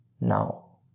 Now